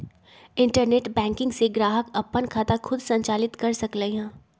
internet banking से ग्राहक अप्पन खाता खुद संचालित कर सकलई ह